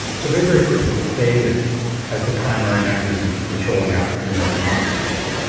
so they very quickly faded as the primary mechanism for controlling african-american occupancy.